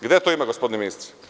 Gde to ima, gospodine ministre?